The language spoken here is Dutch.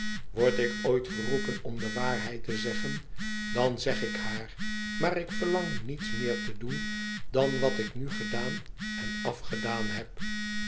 word ik ooit geroepen om de waarheid te zeggen dan zeg ik haar maar ik verlang niets meer te doen dan wat ik nu gedaan en a edaan heb